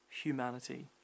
humanity